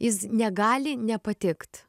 jis negali nepatikt